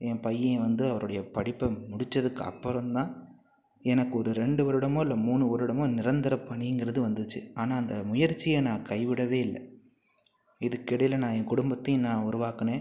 என் பையன் வந்து அவருடைய படிப்பை முடிச்சதுக்கு அப்புறம் தான் எனக்கு ஒரு ரெண்டு வருடமோ இல்லை மூணு வருடமோ நிரந்தர பணிங்கிறது வந்துச்சு ஆனால் அந்த முயற்சியை நான் கைவிடவே இல்லை இதுக்கு இடையில நான் என் குடும்பத்தையும் நான் உருவாக்கினேன்